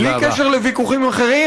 בלי קשר לוויכוחים אחרים,